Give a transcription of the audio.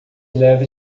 leve